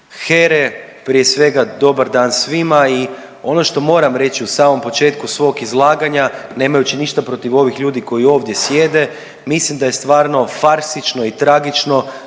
HERA-e, prije svega dobar dan svima. I ono što moram reći u samom početku svog izlaganja nemajući ništa protiv ovih ljudi koji ovdje sjede, mislim da je stvarno farsično i tragično